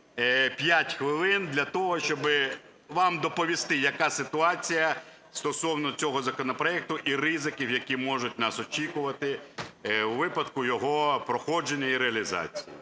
5 хвилин для того, щоби вам доповісти, яка ситуація стосовно цього законопроекту і ризиків, які можуть нас очікувати у випадку його проходження і реалізації.